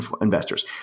investors